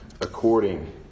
according